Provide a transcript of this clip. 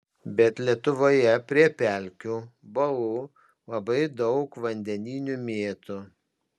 bet lietuvoje prie pelkių balų labai daug vandeninių mėtų